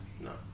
No